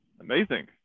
amazing